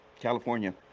California